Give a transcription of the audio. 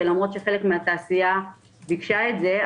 ולמרות שחלק מהתעשייה ביקשה את זה,